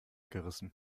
gerissen